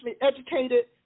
educated